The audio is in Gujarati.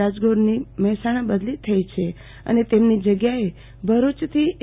રાજગોરની મહેસાણા બદલી થઈ છે અને તેમની જગ્યાએ ભરૂચથી એ